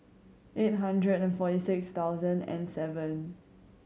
eight hundred and forty six thousand and seven